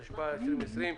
התשפ"א-2020.